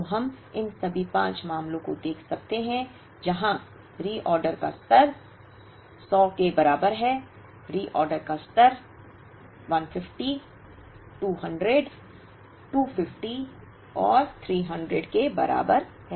तो हम इन सभी 5 मामलों को देख सकते हैं जहां रीऑर्डर का स्तर 100 के बराबर है रीऑर्डर का स्तर 150 200 250 और 300 के बराबर है